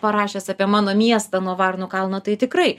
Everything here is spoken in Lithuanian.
parašęs apie mano miestą nuo varnų kalno tai tikrai